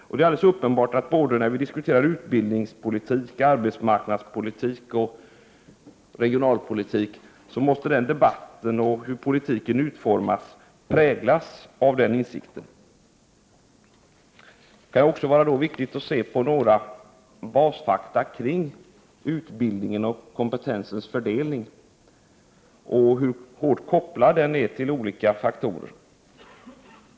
Det är alldeles uppenbart att den diskussion vi för om såväl utbildningspolitik som arbetsmarknadspolitik och regionalpolitik måste präglas av den insikten. Det kan också vara viktigt att se på några basfakta kring utbildningens och kompetensens fördelning och hur hårt kopplad den är till olika faktorer.